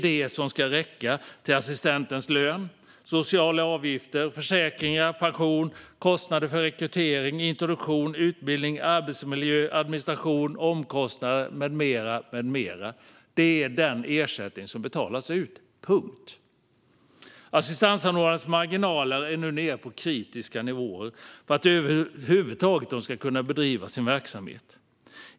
Det ska räcka till assistentens lön, sociala avgifter, försäkringar, pension, kostnader för rekrytering, introduktion, utbildning, arbetsmiljöarbete, administration, omkostnader med mera. Detta är den ersättning som betalas ut. Punkt. Assistansanordnarnas marginaler är nu nere på kritiska nivåer för att man över huvud taget ska kunna bedriva sin verksamhet.